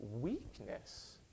weakness